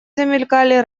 замелькали